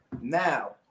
now